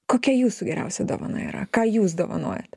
kokia jūsų geriausia dovana yra ką jūs dovanojat